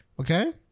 Okay